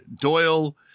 Doyle